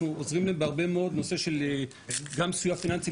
אנחנו עוזרים להם גם בנושא של סיוע פיננסי,